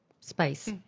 space